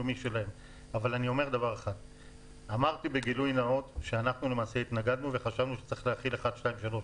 אמרתי בגילוי נאות שאנחנו התנגדנו וחשבנו שצריך להחיל דברים אחרים,